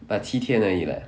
but 七天而已 leh